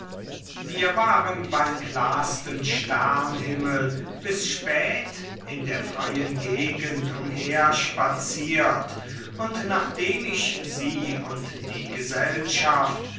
wir waren beim klarsten sternhimmel bis spät in der freien gegend umher spaziert und nachdem ich sie und die gesellschaft